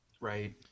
Right